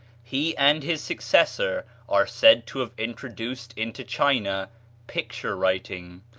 he and his successor are said to have introduced into china picture-writing,